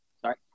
Sorry